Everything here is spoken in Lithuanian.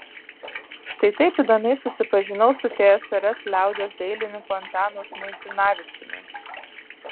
štai taip įdomiai susipažinau su tsrs liaudies dailininku antanu žmuidzinavičiumi